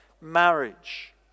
marriage